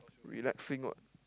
relaxing [what]